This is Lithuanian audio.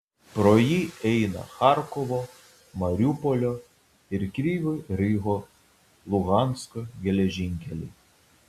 pro jį eina charkovo mariupolio ir kryvyj riho luhansko geležinkeliai